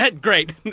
Great